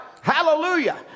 Hallelujah